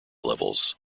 levels